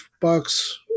bucks